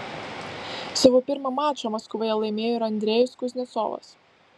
savo pirmą mačą maskvoje laimėjo ir andrejus kuznecovas